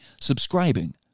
subscribing